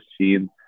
seen